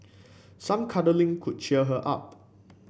some cuddling could cheer her up